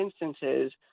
instances